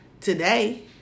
today